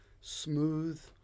smooth